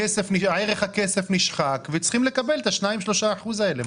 ערך הכסף נשחק והם צריכים לקבל את ה-3%-2% האלה,